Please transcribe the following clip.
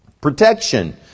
Protection